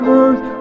earth